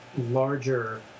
larger